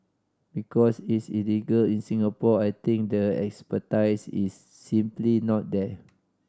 because it's illegal in Singapore I think the expertise is simply not there